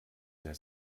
der